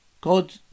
God